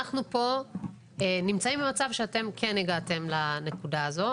אנחנו פה נמצאים במצב שאתם כן הגעתם לנקודה הזאת.